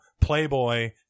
Playboy